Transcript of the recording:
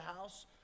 house